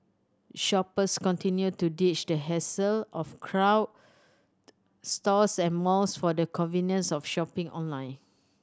shoppers continue to ditch the hassle of crowd stores and malls for the convenience of shopping online